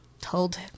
told